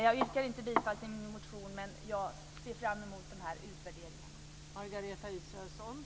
Jag yrkar inte bifall till min motion, men jag ser fram emot utvärderingarna.